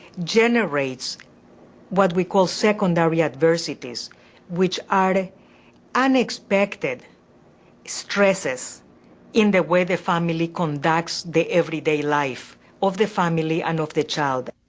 generates what we call secondary adversities which are unexpected stresses in the way the family conducts the everyday life of the family and of the child.